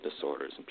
disorders